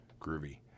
Groovy